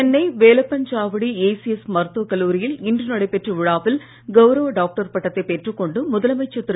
Chennai Velappanchavadi ACS மருத்துவக்கல்லூரியில் இன்று நடைபெற்ற விழாவில் கவுரவ டாக்டர் பட்டத்தைப் பெற்றுக் கொண்டு முதலமைச்சர் திரு